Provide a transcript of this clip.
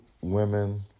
women